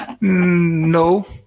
No